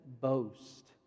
boast